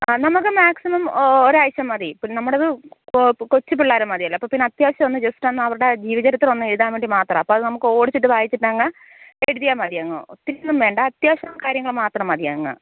ആ നമുക്ക് മാക്സിമം ഓ ഒരാഴ്ച മതി പിന്നെ നമ്മുടേത് കൊച്ചു പിള്ളാരെ മതിയല്ലോ അപ്പം പിന്നെ അത്യാവശ്യമെന്ന് ജസ്റ്റൊന്നവരുടെ ജീവ ചരിത്രമൊന്ന് എഴുതാൻ വേണ്ടി മാത്രമാണ് അപ്പമത് നമുക്കോടിച്ചിട്ട് വായിച്ചിട്ടങ്ങ് എഴുതിയാൽ മതി അങ്ങ് ഒത്തിരിയൊന്നും വേണ്ട അത്യാവശ്യം കാര്യങ്ങൾ മാത്രം മതിയങ്ങ്